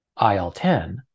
IL-10